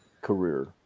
career